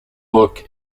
book